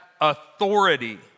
authority